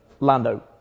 Lando